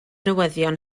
newyddion